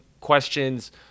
questions